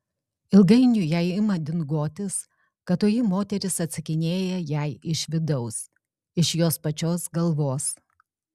ilgainiui jai ima dingotis kad toji moteris atsakinėja jai iš vidaus iš jos pačios galvos